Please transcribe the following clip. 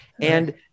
and-